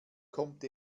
kommt